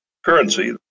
Currency